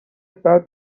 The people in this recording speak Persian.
بعد